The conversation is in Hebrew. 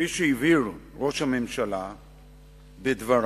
כפי שהבהיר ראש הממשלה בדבריו,